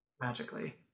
magically